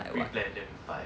like what